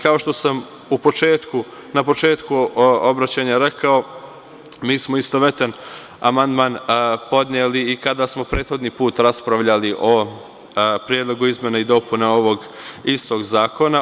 Kao što sam na početku obraćanja rekao, mi smo istovetana amandman podneli i kada smo prethodni put raspravljali o Predlogu izmene i dopuna ovog istog zakona.